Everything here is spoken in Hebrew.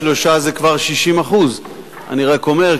שלושה זה כבר 60%. אני רק אומר,